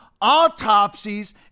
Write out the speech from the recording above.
autopsies